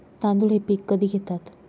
तांदूळ हे पीक कधी घेतात?